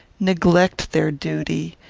neglect their duty,